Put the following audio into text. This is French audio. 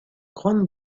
grande